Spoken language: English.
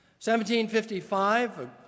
1755